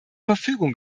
verfügung